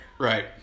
right